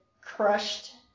crushed